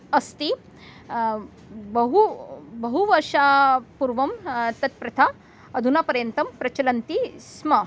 अस्ति बहु बहु वर्षात् पूर्वं तत्प्रथा अधुना पर्यन्तं प्रचलति स्म